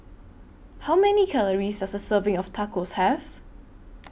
How Many Calories Does A Serving of Tacos Have